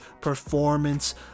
performance